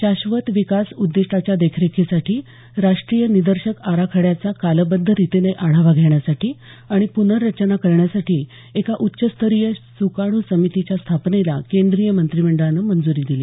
शाश्वत विकास उद्दिष्टाच्या देखरेखीसाठी राष्ट्रीय निदर्शक आराखड्याचा कालबध्द रितीने आढावा घेण्यासाठी आणि पुनर्रचना करण्यासाठी एका उच्चस्तरीय सुकाणू समितीच्या स्थापनेला केंद्रीय मंत्रिमंडळानं मंजुरी दिली